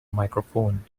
microphone